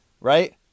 right